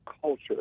culture